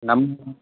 நம்ம